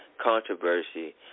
controversy